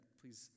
please